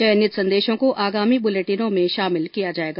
चयनित संदेशों को आगामी बुलेटिनों में शामिल किया जाएगा